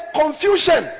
confusion